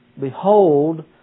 Behold